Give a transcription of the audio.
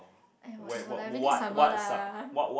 I like really summer lah